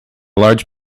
large